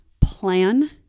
plan